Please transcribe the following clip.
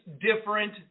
different